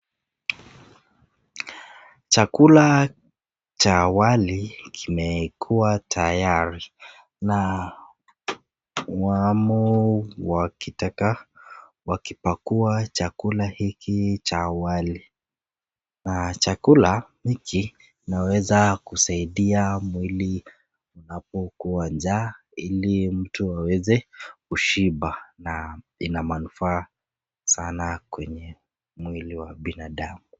Chakula cha wali kimekuwa tayari na waamu wakitaka wakipakua chakula hiki cha wali, na chakula hiki inaweza kusaidia mwili unapokuwa njaa ili mtu aweze kushiba na ina manufaa sana kwenye mwili wa binadamu.